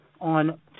on